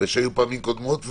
בפעמים קודמות,